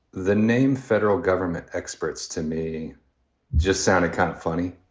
the name. federal government experts to me just sounded kind of funny,